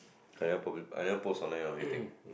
I never publi~ i never post online or anything